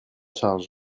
charge